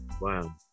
Wow